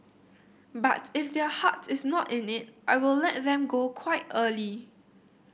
but if their heart is not in it I will let them go quite early